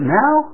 now